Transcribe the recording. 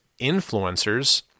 influencers